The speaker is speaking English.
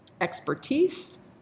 expertise